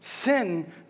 Sin